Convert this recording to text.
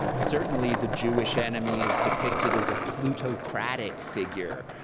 certainly, the jewish enemy is depicted as a plutocratic figure,